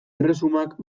erresumak